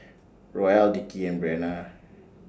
Roel Dickie and Breanna